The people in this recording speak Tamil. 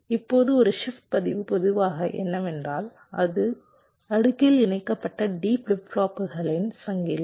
இப்போது ஒரு ஷிப்ட் பதிவு பொதுவாக என்னவென்றால் இது அடுக்கில் இணைக்கப்பட்ட D ஃபிளிப் ஃப்ளாப்புகளின் சங்கிலி